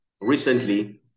recently